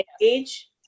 age